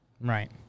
Right